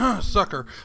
Sucker